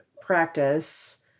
practice